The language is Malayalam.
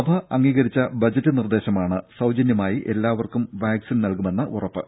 സഭ അംഗീകരിച്ച ബജറ്റ് നിർദ്ദേശമാണ് സൌജന്യമായി എല്ലാവർക്കും വാക്സിൻ നൽകുമെന്ന ഉറപ്പ്